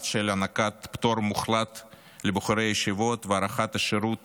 של הענקת פטור מוחלט לבחורי הישיבות והארכת השירות